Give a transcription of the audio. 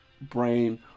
brain